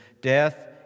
Death